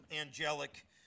angelic